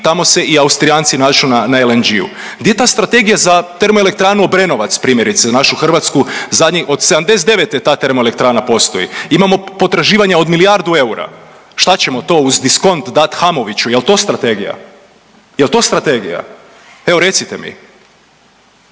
tamo se i Austrijanci nađu na LNG-u. Gdje je ta strategija za termoelektranu Obrenovac primjerice, za našu Hrvatsku. Od '79. ta termoelektrana postoji. Imamo potraživanja od milijardu eura. Šta ćemo to u diskont dati Hamoviću? Jel' to strategija? Jel' to strategija? Evo recite mi.